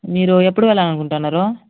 మీరు ఎప్పుడు వెళ్ళాలనుకుంటున్నారు